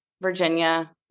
Virginia